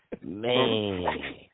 Man